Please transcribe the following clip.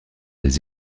des